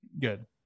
Good